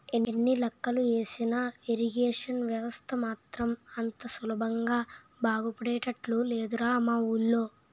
ఎన్ని లెక్కలు ఏసినా ఇరిగేషన్ వ్యవస్థ మాత్రం అంత సులభంగా బాగుపడేటట్లు లేదురా మా వూళ్ళో